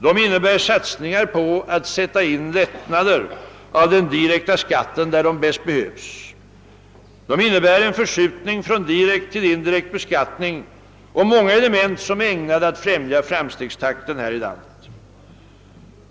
De innebär satsningar på att sätta in lättnader av den direkta skatten där dessa bäst behövs. De innebär en förskjutning från direkt till indirekt beskattning, och de innehåller många element som är ägnade att stimulera framstegstakten här i landet.